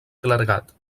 clergat